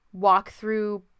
walkthrough